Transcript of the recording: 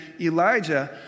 Elijah